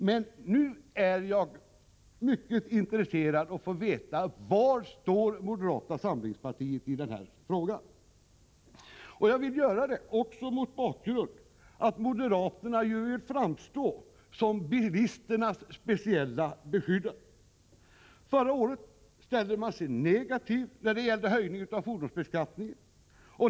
Men jag är nu mycket intresserad av att få veta var moderata samlingspartiet står i den här frågan. Jag ställer den frågan också mot bakgrund av att moderaterna vill framstå som bilisternas speciella beskyddare. Förra året ställde de sig negativa till en höjning av fordonsbeskattningen.